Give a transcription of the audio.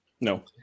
no